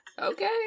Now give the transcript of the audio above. okay